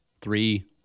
three